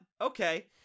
okay